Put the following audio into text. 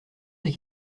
des